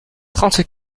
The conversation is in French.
trente